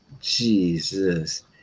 Jesus